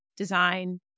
design